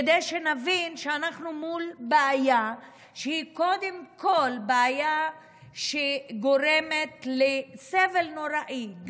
כדי שנבין שאנחנו מול בעיה שהיא קודם כול בעיה שגורמת לסבל נוראי,